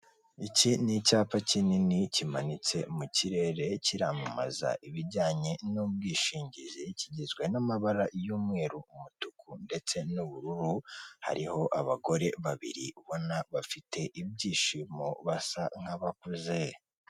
Iki ni icyapa kinini kimanitse mu kirere kiramamaza ibijyanye n'ubwishingizi; kigizwe n'amabara y'umweru, umutuku ndetse n'ubururu hariho abagore babiri ubona bafite ibyishimo basa nk'abakuze.